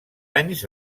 anys